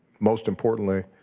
most importantly,